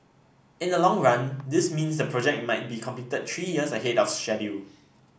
in the long run this means the project might be completed three years ahead of schedule